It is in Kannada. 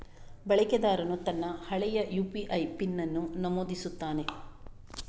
ಬಳಕೆದಾರನು ತನ್ನ ಹಳೆಯ ಯು.ಪಿ.ಐ ಪಿನ್ ಅನ್ನು ನಮೂದಿಸುತ್ತಾನೆ